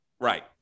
Right